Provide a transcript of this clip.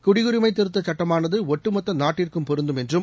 குடியுரிமை திருத்த சுட்டமானது ஒட்டுமொத்த நாட்டுக்கும் பொருந்தும் என்றும்